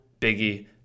biggie